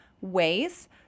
ways